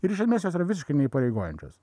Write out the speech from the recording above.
ir žinoma jos yra visiškai neįpareigojančios